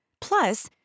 Plus